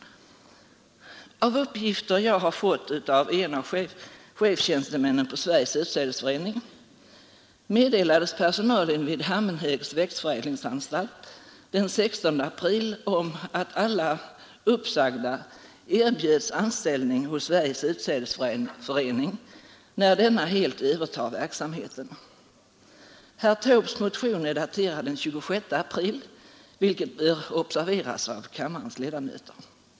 Enligt uppgifter som jag har fått av en av chefstjänstemännen på Sveriges utsädesförening meddelades personalen vid Hammenhögs växtförädlingsanstalt den 16 april att alla uppsagda erbjöds anställning hos Sveriges utsädesförening, när denna helt övertar verksamheten. Herr Taubes motion är daterad den 26 april, vilket bör observeras av kammarens ledamöter.